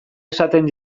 esaten